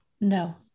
No